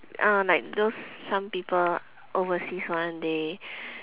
uh like those some people overseas one they